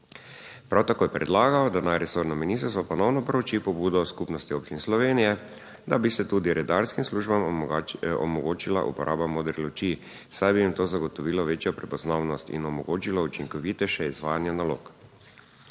Prav tako je predlagal, da naj resorno ministrstvo ponovno prouči pobudo Skupnosti občin Slovenije, da bi se tudi redarskim službam omogočila uporaba modre luči, saj bi jim to zagotovilo večjo prepoznavnost in omogočilo učinkovitejše izvajanje nalog.